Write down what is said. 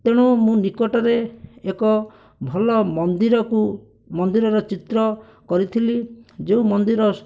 ତେଣୁ ମୁଁ ନିକଟରେ ଏକ ଭଲ ମନ୍ଦିରକୁ ମନ୍ଦିରର ଚିତ୍ର କରିଥିଲି ଯେଉଁ ମନ୍ଦିର